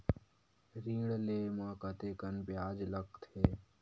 ऋण ले म कतेकन ब्याज लगथे?